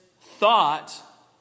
thought